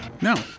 no